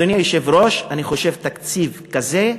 אדוני היושב-ראש, אני חושב שתקציב כזה,